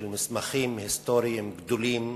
של מסמכים היסטוריים גדולים